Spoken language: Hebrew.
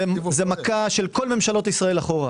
זה מכה של כל ממשלות ישראל אחורה.